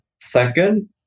Second